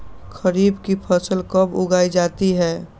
खरीफ की फसल कब उगाई जाती है?